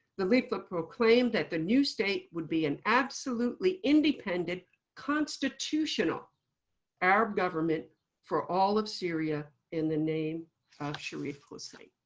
the leaflet proclaimed that the new state would be an absolutely independent constitutional arab government for all of syria, in the name of sharif hussein.